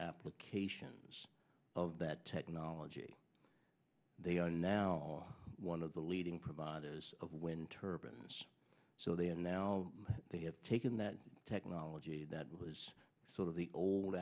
applications of that technology they are now one of the leading providers of wind turbines so they are now they have taken that technology that was sort of the old